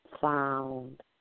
found